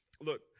Look